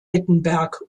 wittenberg